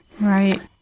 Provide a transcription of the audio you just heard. Right